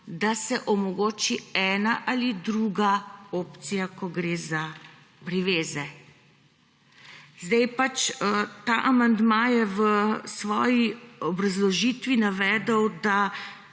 da se omogoči ena ali druga opcija, ko gre za priveze. Ta amandma je v svoji obrazložitvi navedel, da